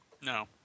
no